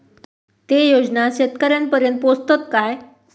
ते योजना शेतकऱ्यानपर्यंत पोचतत काय?